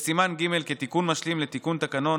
בסימן ג', כתיקון משלים לתיקון תקנון